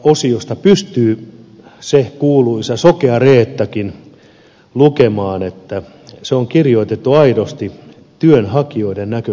hallitusohjelman työllisyysosiosta pystyy se sokea reettakin lukemaan että se on kirjoitettu aidosti työnhakijoiden näkökulmasta